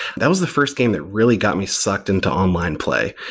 that was the first game that really got me sucked into online play,